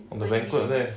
I mean